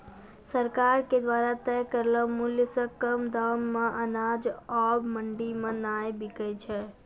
सरकार के द्वारा तय करलो मुल्य सॅ कम दाम मॅ अनाज आबॅ मंडी मॅ नाय बिकै छै